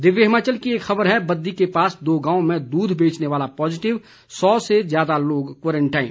दिव्य हिमाचल की एक खबर है बद्दी के पास दो गांवों में दूध बेचने वाला पॉजिटिव सौ से ज्यादा लोग क्वारंटाइन